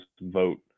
vote